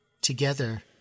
Together